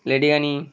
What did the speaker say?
লেডিকেনি